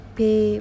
pay